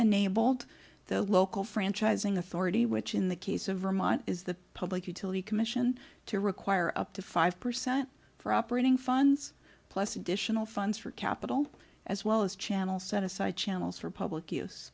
old the local franchising authority which in the case of vermont is the public utility commission to require up to five percent for operating funds plus additional funds for capital as well as channel set aside channels for public use